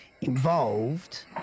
involved